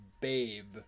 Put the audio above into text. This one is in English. babe